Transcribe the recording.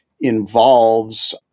involves